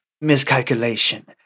miscalculation